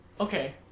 Okay